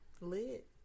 Lit